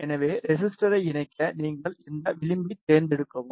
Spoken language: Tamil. எனவே ரெசிஸ்டரை இணைக்க நீங்கள் இந்த விளிம்பைத் தேர்ந்தெடுக்கவும்